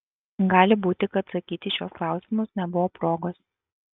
gali būti kad atsakyti į šiuos klausimus nebuvo progos